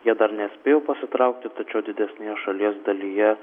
jie dar nespėjo pasitraukti tačiau didesnėje šalies dalyje